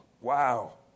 wow